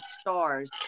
stars